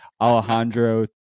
Alejandro